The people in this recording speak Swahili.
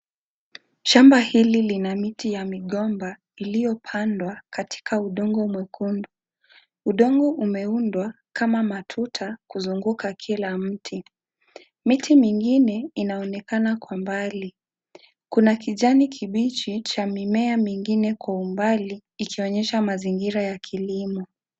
Shamba hili, lina miti ya migomba, iliyopandwa katika udongo mwekundu. Udongo umeundwa kama matuta kuzunguka kila mti. Miti mingine inaonekana kwa mbali. Kuna kijani kibichi cha mimea mingine kwa umbali, ikionyesha mazingira ya kilimo.